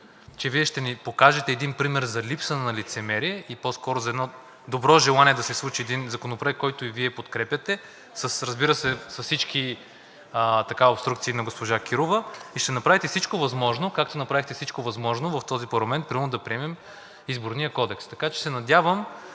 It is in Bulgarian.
че Вие ще ни покажете един пример за липса на лицемерие. По-скоро за добро желание да се случи един законопроект, който и Вие подкрепяте, разбира се, с всички обструкции на госпожа Кирова. Ще направите всичко възможно, както направихте всичко възможно в този парламент примерно да приемем Изборния кодекс. Така че се надявам,